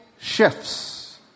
shifts